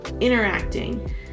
interacting